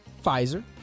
Pfizer